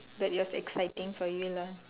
that it was exciting for you lah